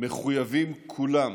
מחויבים כולם,